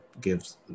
gives